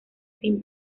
sin